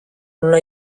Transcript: una